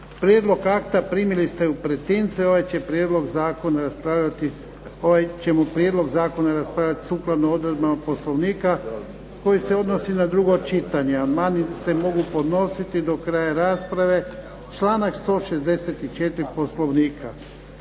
Prijedlog akta primili ste u pretince. Ovaj ćemo prijedlog zakona raspravljati sukladno odredbama Poslovnika koji se odnosi na drugo čitanje. Amandmani se mogu podnositi do kraja rasprave članak 164. Poslovnika.